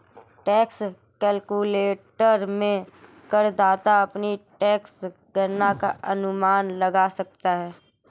tax calculator में करदाता अपनी टैक्स गणना का अनुमान लगा सकता है